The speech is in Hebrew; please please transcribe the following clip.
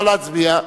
נא להצביע.